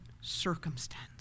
circumstance